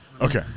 Okay